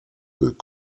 peut